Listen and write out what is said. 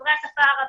דוברי השפה הערבית,